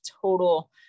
total